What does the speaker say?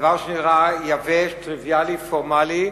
דבר שנראה יבש, טריוויאלי, פורמלי,